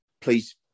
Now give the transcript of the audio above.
please